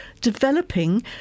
developing